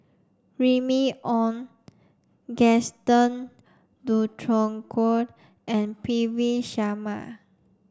Remy Ong Gaston Dutronquoy and P V Sharma